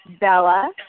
Bella